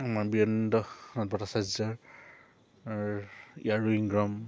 আমাৰ বিৰণ দা ভট্টাচাৰ্যৰ ইংগ্ৰম